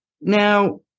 Now